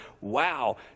wow